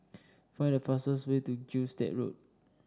find the fastest way to Gilstead Road